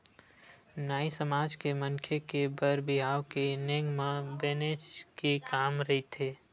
नाई समाज के मनखे के बर बिहाव के नेंग म बनेच के काम रहिथे